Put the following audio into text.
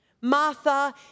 Martha